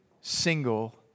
single